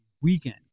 weekend